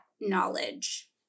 knowledge